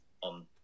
on